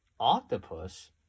octopus